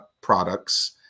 products